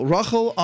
Rachel